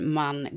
man